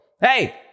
hey